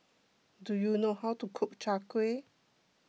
do you know how to cook Chai Kueh